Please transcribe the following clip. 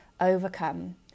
overcome